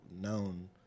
known